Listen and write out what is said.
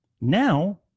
Now